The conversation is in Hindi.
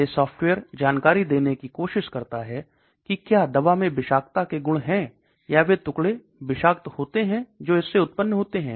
यह सॉफ्टवेयर जानकारी देने की कोशिश करता है कि क्या दवा में विषाक्तता के गुण है या वे टुकड़े विषाक्त होते हैं जो इससे उत्पन्न होते हैं